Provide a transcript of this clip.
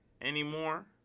anymore